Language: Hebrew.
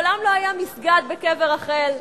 מעולם לא היה מסגד בקבר רחל,